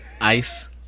Ice